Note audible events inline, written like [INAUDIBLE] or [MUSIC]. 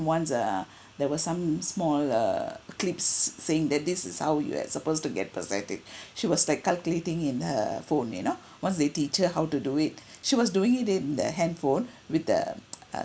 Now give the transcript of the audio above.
once uh [BREATH] there were some small uh clips saying that this is how you are supposed to get percentage [BREATH] she was like calculating in her phone you know once they teach her how to do it [BREATH] she was doing it in the handphone with the [NOISE] uh